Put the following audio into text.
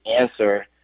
answer